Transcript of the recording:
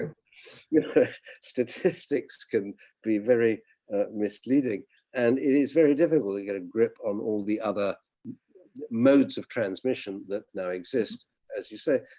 um statistics can be very misleading and it is very difficult to get a grip on all the other modes of transmission that now exists as you say.